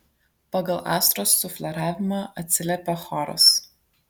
pagal astros sufleravimą atsiliepia choras